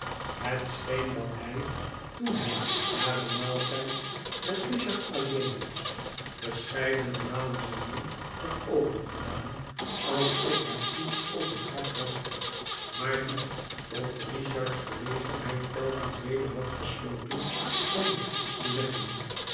het scheen dat hij toen hij na den maaltijd met richard alleen was verscheidene malen zijn mond had opengedaan alsof hij iets op het hart had maar dien tot richard's verlegenheid telkens weder had gesloten zonder iets te zeggen